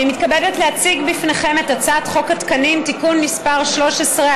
אני מתכבדת להציג בפניכם את הצעת חוק התקנים (תיקון מס׳ 13),